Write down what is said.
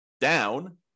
down